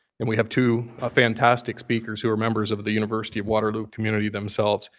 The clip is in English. and we have two ah fantastic speakers who are members of the university of waterloo community themselves.